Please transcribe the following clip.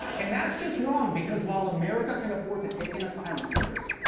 and that's just wrong because while america can afford to take in asylum seekers,